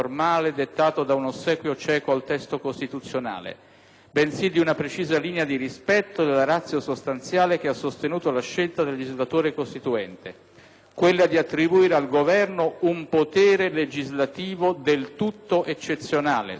bensì di una precisa linea di rispetto della *ratio* sostanziale che ha sostenuto la scelta del legislatore costituente: quella di attribuire al Governo un potere legislativo del tutto eccezionale» - sottolineo, del tutto eccezionale